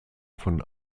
von